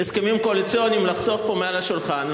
הסכמים קואליציוניים יש לחשוף פה מעל השולחן,